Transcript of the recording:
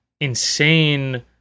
insane